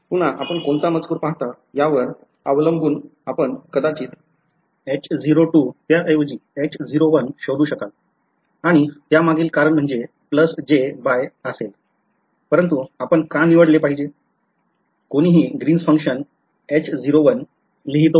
पुन्हा आपण कोणता मजकूर पाहता यावर अवलंबून आपण कदाचित त्याऐवजी शोधू शकाल आणि त्यामागील कारण म्हणजे j by असेल परंतु आपण का निवडले पाहिजे कोणीही Greens फंक्शन असे का लिहितो